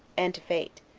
and to fate,